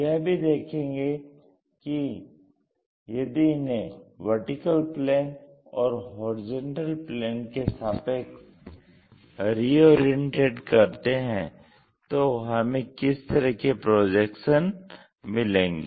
यह भी देखेंगे कि यदि इन्हे VP और HP के सापेक्ष रिओरिएन्टेड करते हैं तो हमें किस तरह के प्रोजेक्शन मिलेंगे